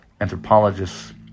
anthropologists